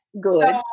Good